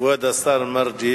כבוד השר מרגי